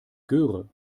göre